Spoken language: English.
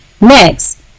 next